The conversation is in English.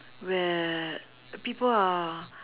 where people are